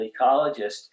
ecologist